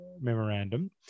memorandum